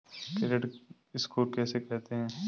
Credit score किसे कहते हैं?